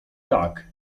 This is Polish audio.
tak